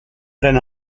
pren